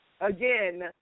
again